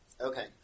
Okay